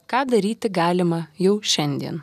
ką daryti galima jau šiandien